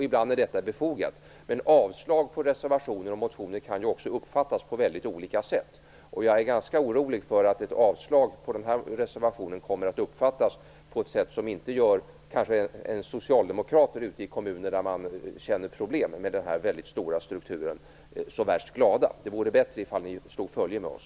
Ibland är det befogat. Men avslag på reservationer och motioner kan ju uppfattas på många olika sätt, och jag är ganska orolig för att ett avslag på den här reservationen kommer att uppfattas på ett sätt som kanske inte gör socialdemokraterna ute i kommunerna, som känner till problemen med en väldigt stor struktur, så värst glada. Det vore bättre om ni slog följe med oss.